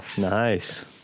Nice